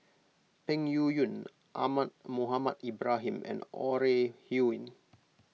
Peng Yuyun Ahmad Mohamed Ibrahim and Ore Huiying